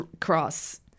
cross